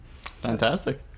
Fantastic